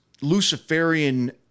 Luciferian